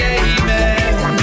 amen